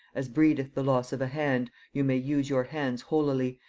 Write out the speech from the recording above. as breedeth the loss of a hand, you may use your hands holily,